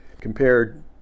compared